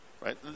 right